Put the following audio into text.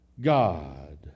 God